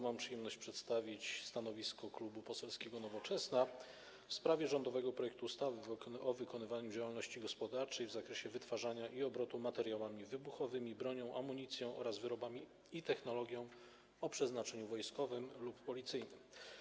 Mam przyjemność przedstawić stanowisko Klubu Poselskiego Nowoczesna w sprawie rządowego projektu ustawy o wykonywaniu działalności gospodarczej w zakresie wytwarzania i obrotu materiałami wybuchowymi, bronią, amunicją oraz wyrobami i technologią o przeznaczeniu wojskowym lub policyjnym.